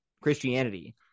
Christianity